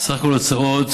סך ההוצאות ב-2015,